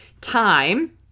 time